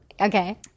Okay